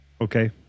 okay